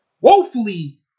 woefully